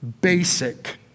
basic